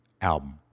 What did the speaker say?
album